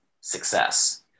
success